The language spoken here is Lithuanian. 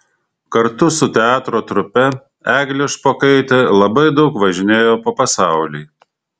kartu su teatro trupe eglė špokaitė labai daug važinėjo po pasaulį